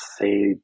say